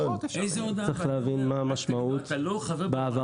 צריך להעביר לו הודעה שהוא לא חבר בחברה